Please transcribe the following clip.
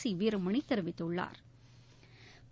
C Veeramani தெரிவித்துள்ளாா்